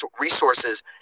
resources